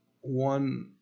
one